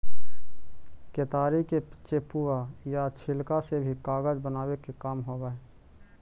केतारी के चेपुआ या छिलका से भी कागज बनावे के काम होवऽ हई